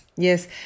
Yes